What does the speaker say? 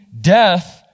death